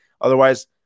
otherwise